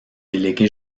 délégué